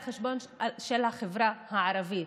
על חשבון החברה הערבית.